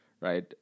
right